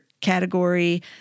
category